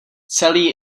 celý